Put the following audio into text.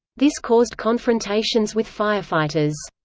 this caused confrontations with firefighters.